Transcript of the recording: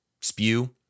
spew